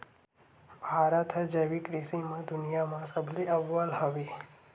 भारत हा जैविक कृषि मा दुनिया मा सबले अव्वल हवे